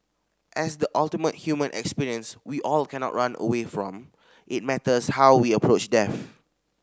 as the ultimate human experience we all cannot run away from it matters how we approach death